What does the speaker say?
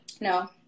No